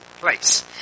place